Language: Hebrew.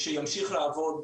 שימשיך לעבוד,